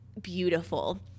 beautiful